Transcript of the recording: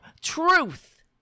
truth